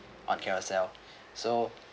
on Carousell so